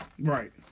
Right